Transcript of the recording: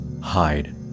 hide